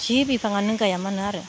जि बिफाङानो गाया मानो आरो